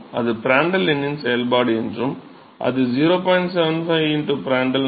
அது பிராண்டல் எண்ணின் செயல்பாடு என்றும் அது 0